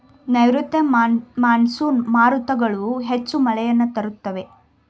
ನೈರುತ್ಯ ಮಾನ್ಸೂನ್ ಮಾರುತಗಳು ಹೆಚ್ಚು ಮಳೆಯನ್ನು ತರುತ್ತವೆ